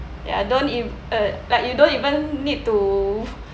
ya don't if uh like you don't even need to